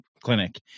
clinic